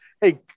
Hey